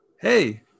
Hey